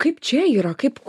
kaip čia yra kaip